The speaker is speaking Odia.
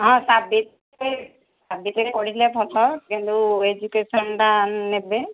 ହଁ ସାବିତ୍ରୀ ସାବିତ୍ରୀ ପଡ଼ିଲେ ଭଲ କିନ୍ତୁ ଏଜୁକେସନ୍ଟା ନେବେ